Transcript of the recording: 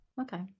okay